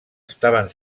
estaven